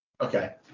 Okay